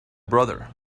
brother